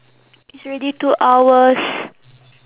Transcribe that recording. it's already two hours